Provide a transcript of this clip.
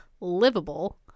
livable